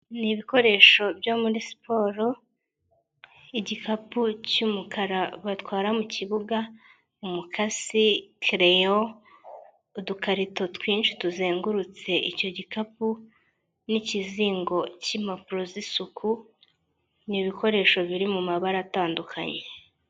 Ni ibikoresho byo muri siporo igikapu cy'umukara batwara mu kibuga, umukasi, kereyo, udukarito twinshi tuzengurutse icyo gikapu n'ikizingo cy'impapuro z'isuku, ni ibikoresho biri mu mabara atandukanye.